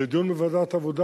לדיון בוועדת העבודה.